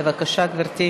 בבקשה, גברתי.